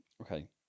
Okay